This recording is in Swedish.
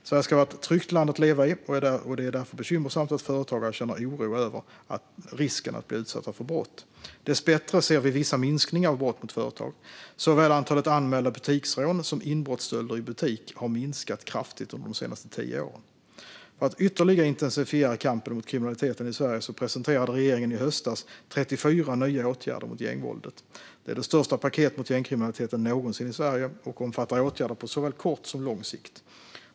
Sverige ska vara ett tryggt land att leva i, och det är därför bekymmersamt att företagare känner oro över risken att bli utsatta för brott. Dessbättre ser vi vissa minskningar av brott mot företag. Såväl antalet anmälda butiksrån som inbrottsstölder i butik har minskat kraftigt under de senaste tio åren. För att ytterligare intensifiera kampen mot kriminaliteten i Sverige presenterade regeringen i höstas 34 nya åtgärder mot gängvåldet. Det är det största paketet mot gängkriminaliteten någonsin i Sverige och omfattar åtgärder på såväl kort som lång sikt.